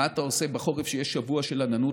מה אתה עושה בחורף כשיש שבוע של עננות?